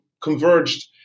converged